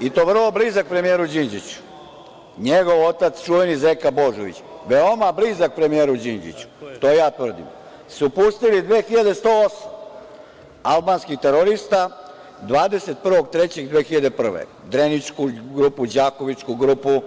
i to vrlo blizak premijeru Đinđiću, njegov otac, čuveni Zeka Božović, veoma blizak premijeru Đinđiću, to ja tvrdim, pustila 2.108 albanskih terorista 21.3.2001. godine, Dreničku grupu, Đakovičku grupu.